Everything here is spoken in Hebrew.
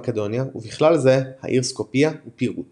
מקדוניה ובכלל זה העיר סקופיה ופירוט